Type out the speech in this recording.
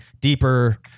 deeper